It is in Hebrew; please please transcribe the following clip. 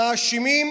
המאשימים,